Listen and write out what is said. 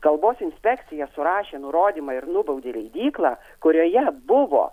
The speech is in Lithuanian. kalbos inspekcija surašė nurodymą ir nubaudė leidyklą kurioje buvo